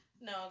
no